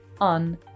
on